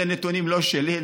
אלה נתונים לא שלי,